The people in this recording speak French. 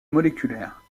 moléculaire